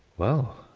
well,